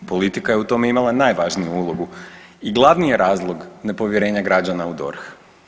Politika je u tome imala najvažniju ulogu i glavni je razlog nepovjerenja građana u DORH.